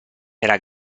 era